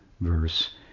verse